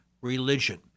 religion